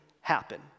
happen